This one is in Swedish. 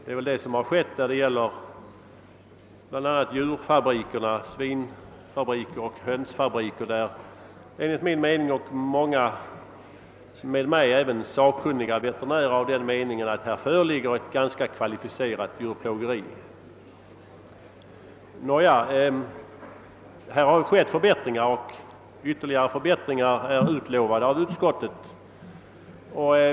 Det är väl vad som har skett bl.a. när det gäller djurfabrikerna — svinfabriker och hönsfabriker — där det enligt min och mångas mening, även sakkunniga veterinärers, försiggår ett ganska kvalificerat djurplågeri. Nåja, här har skett förbättringar och ytterligare förbättringar är utlovade av utskottet.